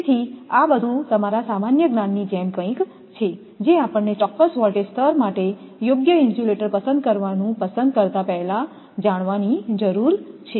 તેથી આ બધું તમારા સામાન્ય જ્ઞાન ની જેમ કંઈક છે જે આપણને ચોક્કસ વોલ્ટેજ સ્તર માટે યોગ્ય ઇન્સ્યુલેટર પસંદ કરવાનું પસંદ કરતા પહેલા જાણવાની જરૂર છે